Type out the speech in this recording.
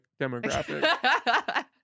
demographic